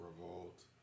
Revolt